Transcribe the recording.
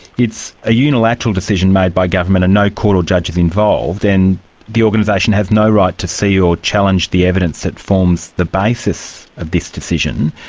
it's a unilateral decision made by government and no court or judge is involved, and the organisation has no right to see or challenge the evidence that forms the basis of this decision.